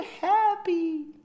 happy